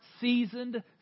seasoned